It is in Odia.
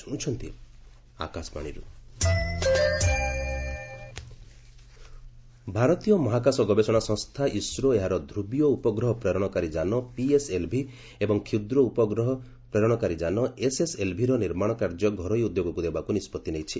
କର୍ଣ୍ଣାଟକ ଇସ୍ରୋ ଭାରତୀୟ ମହାକାଶ ଗବେଷଣା ସଂସ୍ଥା ଇସ୍ରୋ ଏହାର ଧ୍ରବିୟ ଉପଗ୍ରହ ପ୍ରେରଣକାରୀ ଯାନ ପିଏସ୍ଏଲ୍ଭି ଏବଂ କ୍ଷୁଦ୍ର ଉପଗ୍ରହ ପ୍ରେରଣକାରୀ ଯାନ ଏସ୍ଏସ୍ଏଲ୍ଭି ର ନିର୍ମାଣ କାର୍ଯ୍ୟ ଘରୋଇ ଉଦ୍ୟୋଗକୁ ଦେବାକୁ ନିଷ୍ପଭି ନେଇଛି